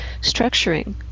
structuring